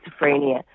schizophrenia